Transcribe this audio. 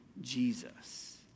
Jesus